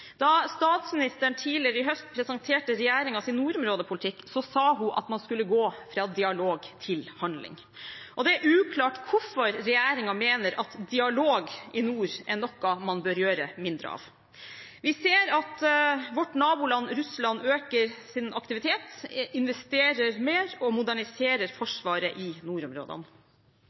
Da statsministeren tidligere i høst presenterte regjeringens nordområdepolitikk, sa hun at man skulle gå fra dialog til handling. Det er uklart hvorfor regjeringen mener at dialog i nord er noe man bør gjøre mindre av. Vi ser at vårt naboland Russland øker sin aktivitet, investerer mer og moderniserer forsvaret i nordområdene.